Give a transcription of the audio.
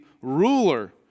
ruler